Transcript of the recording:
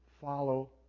follow